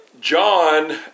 John